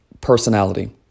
personality